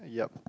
uh yup